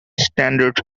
standard